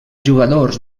jugadors